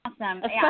awesome